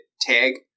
tag